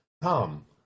Come